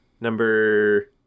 number